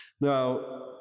Now